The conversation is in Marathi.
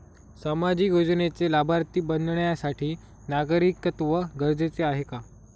सामाजिक योजनेचे लाभार्थी बनण्यासाठी नागरिकत्व गरजेचे आहे का?